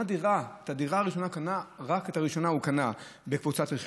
רק את הדירה הראשונה הוא קנה בקבוצת רכישה,